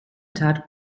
tat